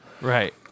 Right